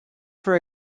for